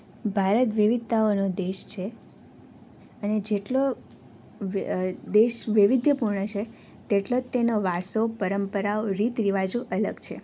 ભારત વિવિધતાઓનો દેશ છે અને જેટલો દેશ વૈવિધ્યપૂર્ણ છે તેટલો જ તેનો વારસો પરંપરાઓ રીત રિવાજો અલગ છે